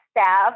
staff